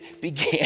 began